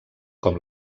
com